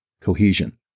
cohesion